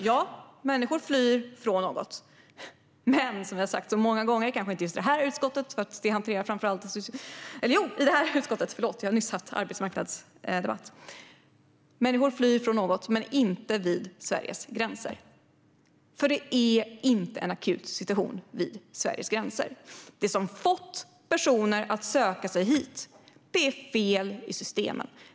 Ja, människor flyr från något. Men, som vi har sagt så många gånger i det här utskottet, människor flyr från något, men inte vid Sveriges gränser. Det råder inte en akut situation vid Sveriges gränser. Det som har fått personer att söka sig hit är fel i systemen.